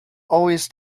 always